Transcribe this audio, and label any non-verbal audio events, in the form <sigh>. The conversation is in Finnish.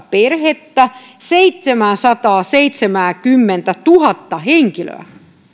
<unintelligible> perhettä seitsemääsataaseitsemääkymmentätuhatta henkilöä